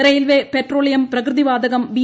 rail petroleum പ്രകൃതിവാതകം B